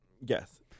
Yes